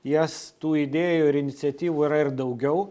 jas tų idėjų ir iniciatyvų yra ir daugiau